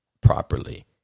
properly